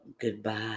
Goodbye